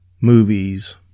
movies